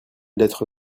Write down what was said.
lettre